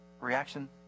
reaction